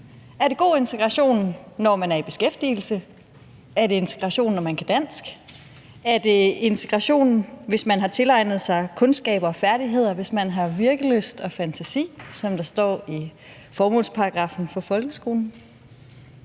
Er det god integration, når man er i beskæftigelse? Er det integration, når man kan dansk? Er det integration, hvis man har tilegnet sig kundskaber og færdigheder, hvis man har virkelyst og fantasi, som der står i formålsparagraffen for folkeskolen?